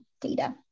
data